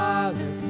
Father